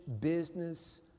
business